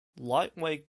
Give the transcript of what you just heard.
lightweight